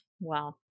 Wow